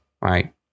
right